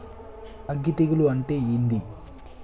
అగ్గి తెగులు అంటే ఏంది?